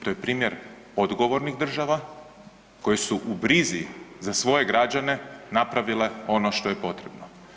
To je primjer odgovornih država koje su u brizi za svoje građane napravile ono što je potrebno.